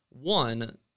one